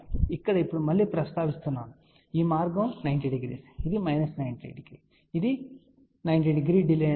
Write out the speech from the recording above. కాబట్టి ఇక్కడ ఇప్పుడు మళ్ళీ ప్రస్తావి స్తున్నాను కాబట్టి ఈ మార్గం 90 డిగ్రీలు ఇది మైనస్ 90 డిగ్రీ మనం 90 డిగ్రీల డిలే అని చెప్పగలను